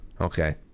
Okay